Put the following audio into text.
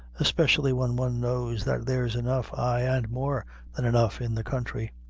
especially when one knows that there's enough, ay, and more than enough, in the country.